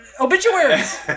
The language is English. obituaries